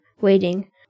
waiting